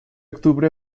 octubre